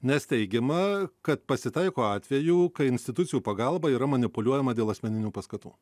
nes teigiama kad pasitaiko atvejų kai institucijų pagalba yra manipuliuojama dėl asmeninių paskatų